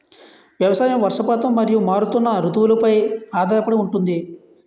వ్యవసాయం వర్షపాతం మరియు మారుతున్న రుతువులపై ఆధారపడి ఉంటుంది